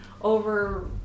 over